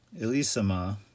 Elisama